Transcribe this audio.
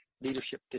leadership